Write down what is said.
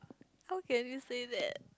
how can you say that